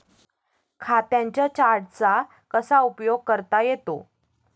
खात्यांच्या चार्टचा कसा उपयोग करता येतो?